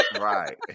Right